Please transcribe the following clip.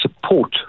support